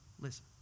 listen